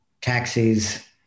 taxis